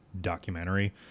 documentary